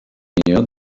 artesania